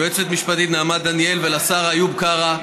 ליועצת המשפטית נעמה דניאל ולשר איוב קרא,